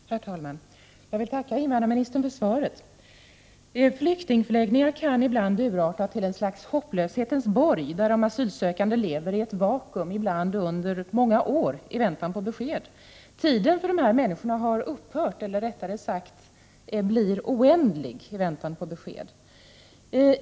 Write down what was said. Herr talman! Jag vill tacka invandrarministern för svaret. Flyktingförläggningar kan ibland urarta till ett slags hopplöshetens borg, där de asylsökande lever i ett vakuum, ibland under många år, i väntan på besked. Tiden har för de här människorna upphört, eller rättare sagt blivit oändlig, i väntan på besked.